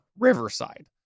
Riverside